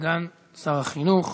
סגן שר החינוך.